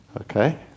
Okay